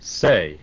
say